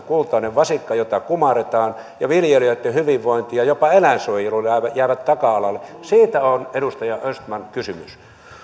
kultainen vasikka jota kumarretaan ja viljelijöitten hyvinvointi ja jopa eläinsuojelu jäävät taka alalle siitä on edustaja östman kysymys